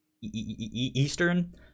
eastern